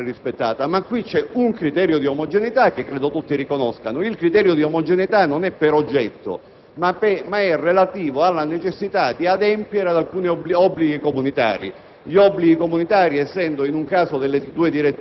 In realtà, come è noto, tale requisito non è sempre rispettato, ma qui c'è un criterio di omogeneità che credo tutti riconoscano: esso non è per oggetto, ma è relativo alla necessità di adempiere ad alcuni obblighi comunitari